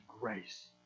grace